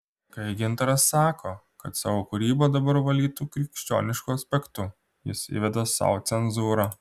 kai gintaras sako kad savo kūrybą dabar valytų krikščionišku aspektu jis įveda sau cenzūrą